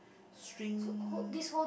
string